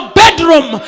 bedroom